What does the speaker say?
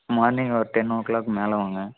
morning ஒரு ten o'clock மேலே வாங்க